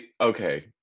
okay